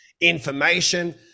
information